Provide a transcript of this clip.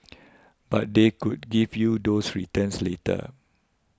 but they could give you those returns later